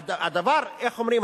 הדבר, איך אומרים?